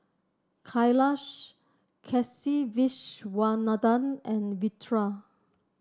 Kailash Kasiviswanathan and Vedre